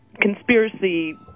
conspiracy